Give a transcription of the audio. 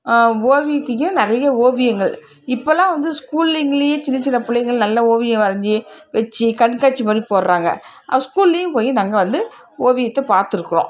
ஓவியத்தையும் நிறைய ஓவியங்கள் இப்போல்லாம் வந்து ஸ்கூலுங்கிலேயே சின்ன சின்ன பிள்ளைங்கள் நல்ல ஓவியம் வரைஞ்சி வெச்சு கண்காட்சி மாதிரி போடுறாங்க ஸ்கூல்லேயும் போய் நாங்கள் வந்து ஓவியத்தை பார்த்துருக்குறோம்